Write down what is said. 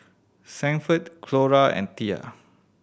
Sanford Clora and Thea